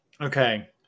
Okay